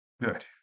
good